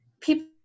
people